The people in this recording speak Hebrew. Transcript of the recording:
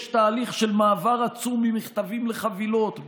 יש תהליך של מעבר עצום ממכתבים לחבילות,